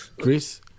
Chris